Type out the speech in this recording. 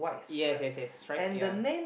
yes yes yes stripe ya